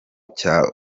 cya